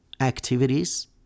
activities